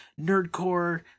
nerdcore